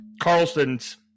Carlson's